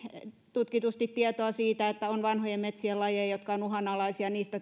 tutkitusti tietoa siitä että on vanhojen metsien lajeja jotka ovat uhanalaisia niistä